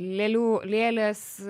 lėlių lėlės